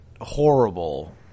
horrible